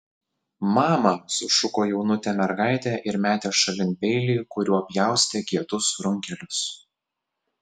mama sušuko jaunutė mergaitė ir metė šalin peilį kuriuo pjaustė kietus runkelius